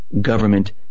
government